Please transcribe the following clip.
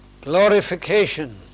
glorification